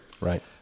Right